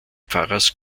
pfarrers